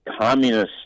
communist